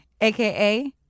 aka